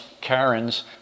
Karens